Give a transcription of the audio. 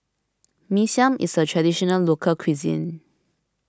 Mee Siam is a Traditional Local Cuisine